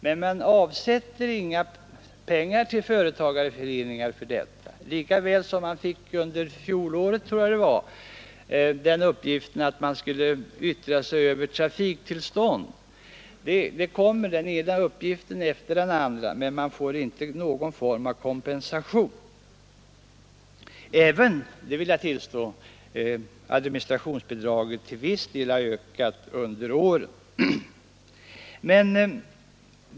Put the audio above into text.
Men man avsätter inga pengar till företagarföreningarna för denna verksamhet. Under fjolåret fick man uppgiften att yttra sig över trafiktillstånd. Den ena uppgiften efter den andra kommer, men föreningarna får inte någon form av kompensation, även om — det vill jag tillstå — administationsbidraget till viss del har ökat under åren.